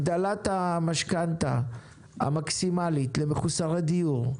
הגדלת המשכנתה המקסימלית למחוסרי דיור,